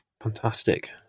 Fantastic